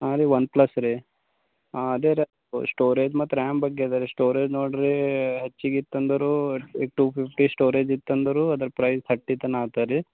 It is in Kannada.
ಹಾಂ ರೀ ಒನ್ಪ್ಲಸ್ ರೀ ಹಾಂ ಅದೇ ಸ್ಟೋರೇಜ್ ಮತ್ತು ರ್ಯಾಮ್ ಬಗ್ಗೆ ಅದಾ ರೀ ಸ್ಟೋರೇಜ್ ನೋಡಿರಿ ಹೆಚ್ಚಿಗಿತ್ತು ಅಂದರೂ ಟೂ ಫಿಫ್ಟಿ ಸ್ಟೋರೇಜ್ ಇತ್ತಂದರೂ ಅದ ಪ್ರೈಸ್ ಥರ್ಟಿ ತನ ಅದಾ ರೀ